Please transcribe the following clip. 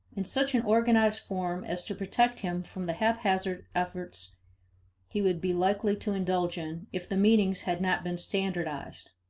in such an organized form as to protect him from the haphazard efforts he would be likely to indulge in if the meanings had not been standardized.